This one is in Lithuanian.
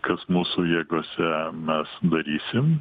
kas mūsų jėgose mes darysim